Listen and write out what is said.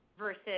versus